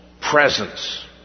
presence